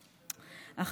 אך